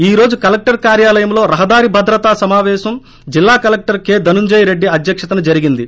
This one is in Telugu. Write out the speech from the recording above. ఈ రోజు కలెక్టర్ కార్యాలయంలో రహదారి భద్రతా సమాపేశం జిల్లా కలెక్టర్ కెధనుంజయ రెడ్డి అధ్వక్షతన జరిగింది